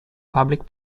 public